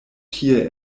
tie